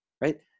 right